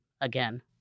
again